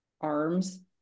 arms